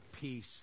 peace